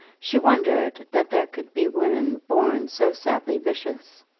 she wondered that there could be women born so sadly vicious.